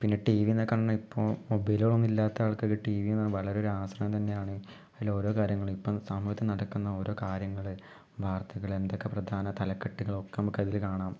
പിന്നെ ടിവി എന്ന് മൊബൈലുകൾ ഒന്നും ഇല്ലാത്ത ആൾക്കാർക്ക് ടിവി എന്ന് വളരെ ഒരാശ്രയം തന്നെയാണ് അതിൽ ഓരോ കാര്യങ്ങളും ഇപ്പോൾ സമൂഹത്തിൽ നടക്കുന്ന ഓരോ കാര്യങ്ങൾ വാർത്തകൾ എന്തൊക്കെ പ്രധാന തലകെട്ടുകൾ ഒക്കെ നമുക്ക് അതിൽ കാണാം